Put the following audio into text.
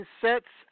sets